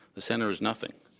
the center is nothing.